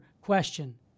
question